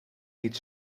niet